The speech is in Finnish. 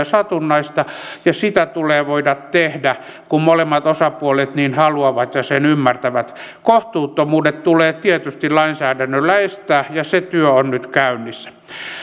satunnaista ja sitä tulee voida tehdä kun molemmat osapuolet niin haluavat ja sen ymmärtävät kohtuuttomuudet tulee tietysti lainsäädännöllä estää ja se työ on nyt käynnissä